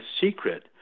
secret